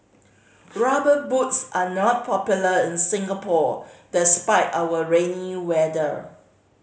Rubber Boots are not popular in Singapore despite our rainy weather